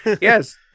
yes